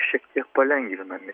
šiek tiek palengvinami